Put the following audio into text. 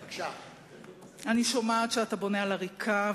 אני שומעת שאתה בונה על עריקה,